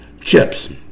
chips